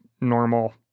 normal